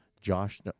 Josh